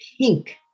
pink